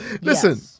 Listen